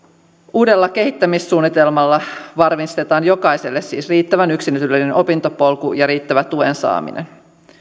uudella kehittämissuunnitelmalla varmistetaan jokaiselle siis riittävän yksilöllinen opintopolku ja riittävä tuen saaminen